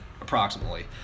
approximately